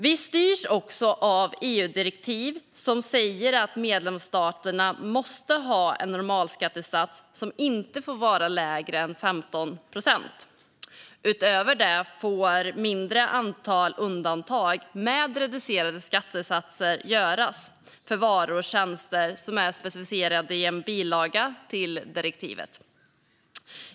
Vi styrs också av det EU-direktiv som säger att medlemsstaterna måste ha en normalskattesats som inte får vara lägre än 15 procent. Utöver det får ett mindre antal undantag med reducerade skattesatser göras för varor och tjänster som är specificerade i en bilaga till direktivet.